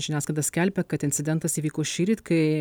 žiniasklaida skelbia kad incidentas įvyko šįryt kai